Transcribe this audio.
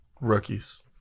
rookies